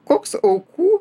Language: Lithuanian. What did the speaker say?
koks aukų